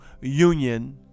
union